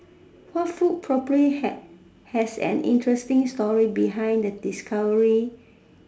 what food probably had has an interesting story behind the discovery